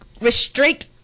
restrict